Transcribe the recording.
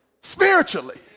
spiritually